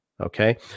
Okay